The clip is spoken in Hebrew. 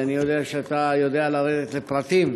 ואני יודע שאתה יודע לרדת לפרטים